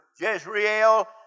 Jezreel